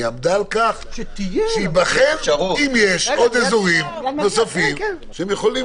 -- היא עמדה על כך שייבחן אם יש אזורים נוספים שיכולים להיות.